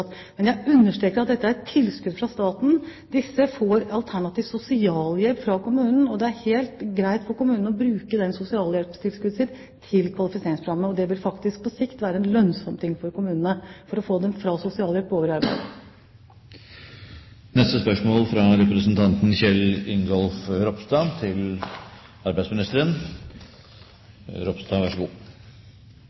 Men jeg understreker at dette er et tilskudd fra staten. De det her er snakk om, får alternativt sosialhjelp fra kommunen, og det er helt greit for kommunen å bruke det sosialhjelpstilskuddet sitt til kvalifiseringsprogrammet. Det vil faktisk på sikt være lønnsomt for kommunene, for å få denne gruppen fra sosialhjelp over i arbeid. Eg har gleda av å stille følgjande spørsmål til arbeidsministeren: